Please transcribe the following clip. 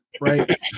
right